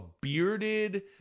bearded